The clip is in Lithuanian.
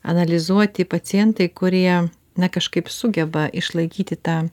analizuoti pacientai kurie na kažkaip sugeba išlaikyti tą